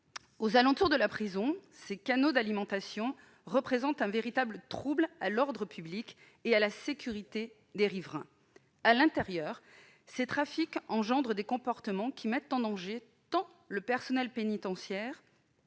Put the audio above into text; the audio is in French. Aux alentours de la prison, ces canaux d'alimentation représentent un véritable trouble à l'ordre public et à la sécurité des riverains. À l'intérieur, ces trafics suscitent des comportements qui mettent en danger tant le personnel pénitentiaire